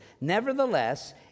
Nevertheless